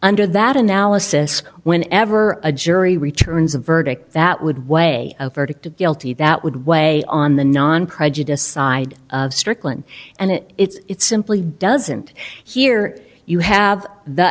under that analysis when ever a jury returns a verdict that would weigh a verdict of guilty that would weigh on the non prejudiced side of strickland and it it's simply doesn't hear you have th